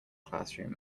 classroom